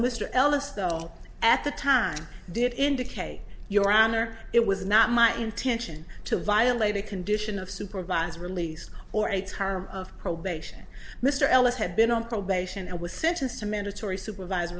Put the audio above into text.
mr ellis though at the time did indicate your honor it was not my intention to violate a condition of supervised release or its harm of probation mr ellis had been on probation and was sentenced to mandatory supervise